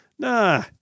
Nah